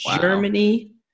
Germany